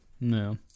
No